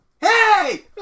Hey